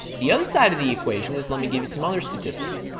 the other side of the equation is let me give you some other statistics.